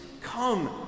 Come